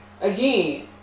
again